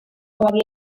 guinea